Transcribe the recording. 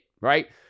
right